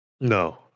No